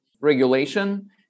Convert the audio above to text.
regulation